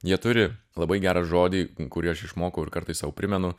jie turi labai gerą žodį kurį aš išmokau ir kartais sau primenu